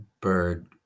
bird